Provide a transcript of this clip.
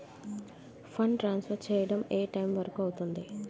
Fund transfer చేయడం ఏ time వరుకు అవుతుంది?